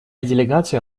делегация